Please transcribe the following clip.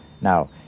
Now